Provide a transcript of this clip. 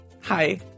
Hi